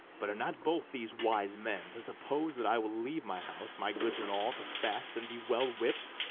but are not both these wise men, to suppose that i will leave my house, my goods, and all, to fast and be well whipt?